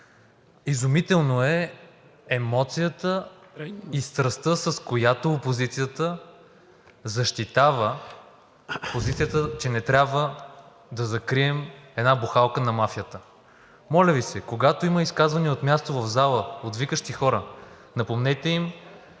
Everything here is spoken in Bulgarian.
Изумителна е емоцията и страстта, с която опозицията защитава позицията, че не трябва да закрием една бухалка на мафията. Моля Ви се, когато има изказвания от място в залата, от викащи хора, напомнете им